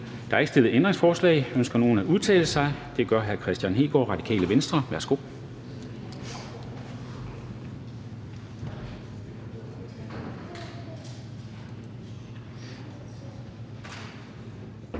Der er ikke stillet ændringsforslag. Ønsker nogen at udtale sig? Det gør hr. Kristian Hegaard, Radikale Venstre. Værsgo.